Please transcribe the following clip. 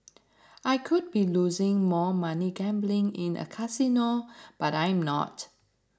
I could be losing more money gambling in a casino but I'm not